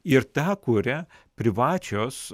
ir tą kurią privačios